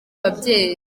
babyeyi